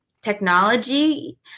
technology